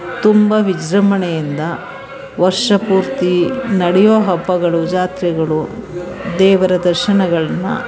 ತುಂಬ ವಿಜೃಂಭಣೆಯಿಂದ ವರ್ಷಪೂರ್ತಿ ನಡೆಯುವ ಹಬ್ಬಗಳು ಜಾತ್ರೆಗಳು ದೇವರ ದರ್ಶನಗಳನ್ನ